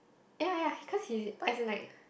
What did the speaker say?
ya ya ya because he as in like